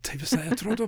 tai visai atrodo